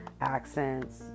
accents